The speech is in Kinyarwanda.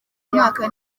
mwaka